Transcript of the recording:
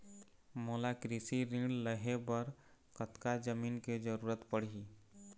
मोला कृषि ऋण लहे बर कतका जमीन के जरूरत पड़ही?